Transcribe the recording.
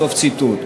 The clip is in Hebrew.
סוף ציטוט.